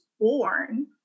born